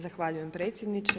Zahvaljujem predsjedniče.